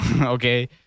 okay